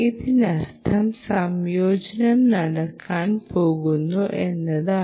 ഇതിനർത്ഥം സംയോജനം നടക്കാൻ പോകുന്നു എന്നാണ്